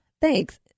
thanks